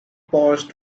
paused